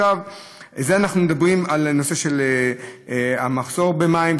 אנחנו מדברים על הנושא של המחסור במים,